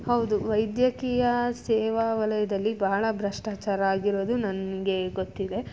ಹೌದು ವೈದ್ಯಕೀಯ ಸೇವಾ ವಲಯದಲ್ಲಿ ಬಹಳ ಭ್ರಷ್ಟಾಚಾರ ಆಗಿರೋದು ನನಗೆ ಗೊತ್ತಿದೆ